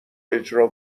اجرا